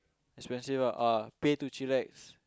expensive ah uh pay to chillax